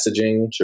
messaging